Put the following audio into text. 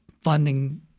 funding